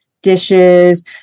Dishes